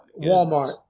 Walmart